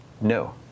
No